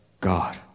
God